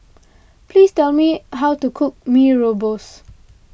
please tell me how to cook Mee Rebus